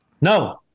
No